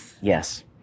Yes